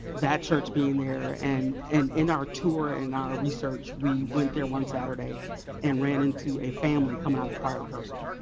that church being there, and and in our tour and our research, we went there one saturday and ran into a family coming out of choir rehearsal.